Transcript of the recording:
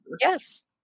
yes